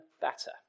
better